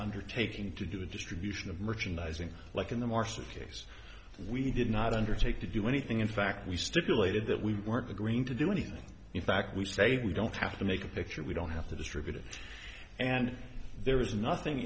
undertaking to do the distribution of merchandising like in the market case we did not undertake to do anything in fact we stipulated that we weren't agreeing to do anything in fact we say we don't have to make a picture we don't have to distribute it and there was nothing